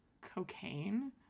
cocaine